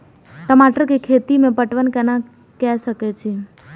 टमाटर कै खैती में पटवन कैना क सके छी?